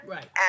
Right